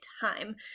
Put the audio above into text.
time